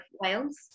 Wales